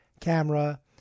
camera